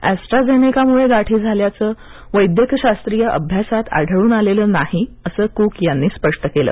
एस्ट्राजेनेकामुळे गाठी झाल्याचं वैद्यक शास्त्रीय अभ्यासात आढळून आलेलं नाही असं कुक यांनी स्पष्ट केलं